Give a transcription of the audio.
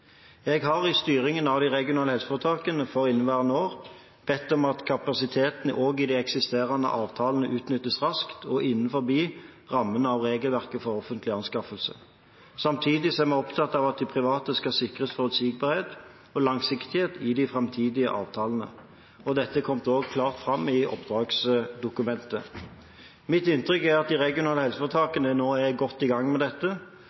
Jeg har i styringen av de regionale helseforetakene for inneværende år bedt om at kapasiteten også i de eksisterende avtalene utnyttes raskt og innenfor rammen av regelverket for offentlige anskaffelser. Samtidig er vi opptatt av at de private skal sikres forutsigbarhet og langsiktighet i de framtidige avtalene, og dette er også kommet klart fram i oppdragsdokumentet. Mitt inntrykk er at de regionale helseforetakene nå er godt i gang med dette.